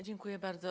Dziękuję bardzo.